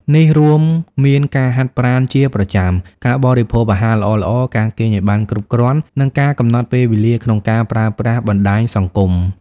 នេះរួមមានការហាត់ប្រាណជាប្រចាំ ការបរិភោគអាហារល្អៗ ការគេងឱ្យបានគ្រប់គ្រាន់ និងការកំណត់ពេលវេលាក្នុងការប្រើប្រាស់បណ្ដាញសង្គម។